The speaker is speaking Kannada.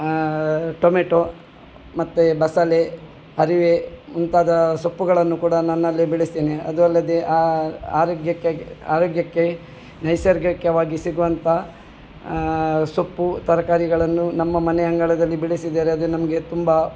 ಟೊಮೆಟೊ ಮತ್ತೆ ಬಸಳೆ ಅರಿವೆ ಮುಂತಾದ ಸೊಪ್ಪುಗಳನ್ನು ಕೂಡ ನನ್ನಲ್ಲಿ ಬೆಳೆಸ್ತೇನೆ ಅದು ಅಲ್ಲದೆ ಆರೋಗ್ಯಕ್ಕಾಗಿ ಆರೋಗ್ಯಕ್ಕೆ ನೈಸರ್ಗಿಕವಾಗಿ ಸಿಗುವಂಥ ಸೊಪ್ಪು ತರಕಾರಿಗಳನ್ನು ನಮ್ಮ ಮನೆ ಅಂಗಳದಲ್ಲಿ ಬೆಳೆಸಿದರೆ ಅದು ನಮಗೆ ತುಂಬ